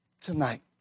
Tonight